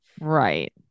Right